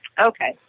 Okay